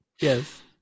Yes